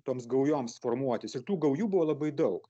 toms gaujoms formuotis ir tų gaujų buvo labai daug